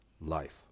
life